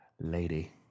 lady